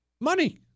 Money